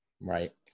Right